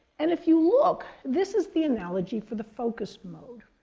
and if you look, this is the analogy for the focus mode.